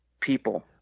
people